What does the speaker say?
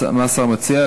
מה השר מציע?